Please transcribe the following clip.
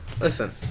Listen